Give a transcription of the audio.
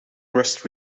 crust